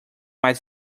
más